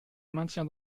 maintiens